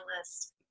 list